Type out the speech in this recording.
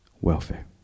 welfare